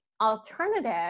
alternative